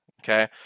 Okay